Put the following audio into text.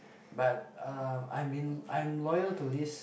but um I have been I'm loyal to this